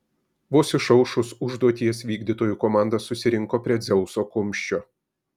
vos išaušus užduoties vykdytojų komanda susirinko prie dzeuso kumščio